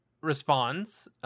responds